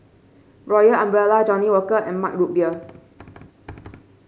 Royal Umbrella Johnnie Walker and Mug Root Beer